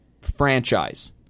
franchise